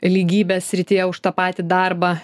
lygybės srityje už tą patį darbą